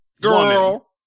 Girl